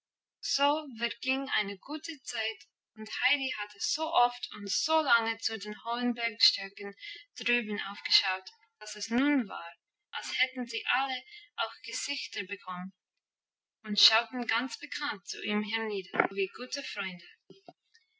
so verging eine gute zeit und heidi hatte so oft und so lange zu den hohen bergstöcken drüben aufgeschaut dass es nun war als hätten sie alle auch gesichter bekommen und schauten ganz bekannt zu ihm hernieder so wie gute freunde